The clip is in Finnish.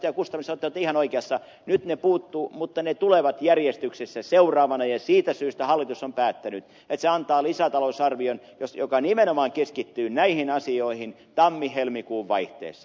gustafsson te olette ihan oikeassa nyt ne puuttuvat mutta ne tulevat järjestyksessä seuraavana ja siitä syystä hallitus on päättänyt että se antaa lisätalousarvion joka nimenomaan keskittyy näihin asioihin tammihelmikuun vaihteessa